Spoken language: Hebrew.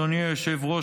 אדוני היושב-ראש,